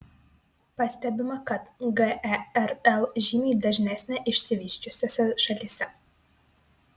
pastebima kad gerl žymiai dažnesnė išsivysčiusiose šalyse